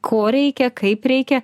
ko reikia kaip reikia